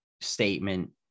statement